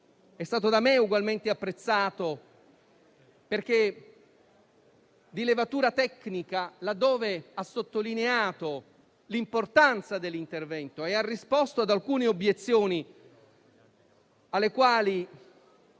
è stato da me ugualmente apprezzato perché di levatura tecnica laddove ha sottolineato l'importanza dell'intervento e ha replicato ad alcune obiezioni alle quali